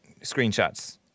screenshots